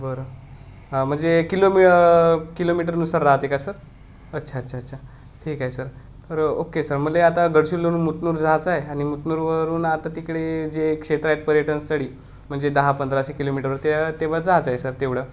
बर हा म्हणजे किलोमी किलोमीटरनुसार राहते का सर अच्छा अच्छा अच्छा ठीक आहे सर तर ओके सर मले आता गडचिरोलीतून मुतनूर जायचंय आणि मुतनूरवरून आता तिकडे जे क्षेत्र आहेत पर्यटनस्थळी म्हणजे दहा पंधराशे किलोमीटरवर ते तेव्हा जाचंय सर तेवडं